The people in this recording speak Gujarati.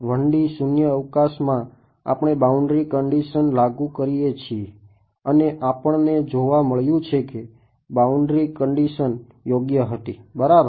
1 D શૂન્યાવકાશમાં આપણે બાઉન્ડ્રી કંડીશન લાગુ કરીએ છીએ અને આપણને જોવા મળ્યું છે કે બાઉન્ડ્રી કંડીશન યોગ્ય હતી બરાબર